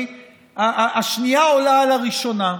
השנייה עולה על הראשונה.